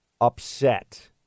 upset